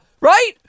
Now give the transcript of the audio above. right